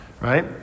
right